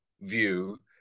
view